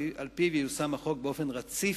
שעל-פיו ייושם החוק באופן רציף,